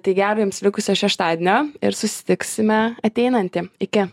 tai gero jums likusio šeštadienio ir susitiksime ateinantį iki